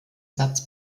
satz